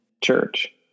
church